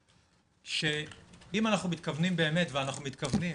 אם אנחנו מתכוונים באמת ואנחנו מתכוונים,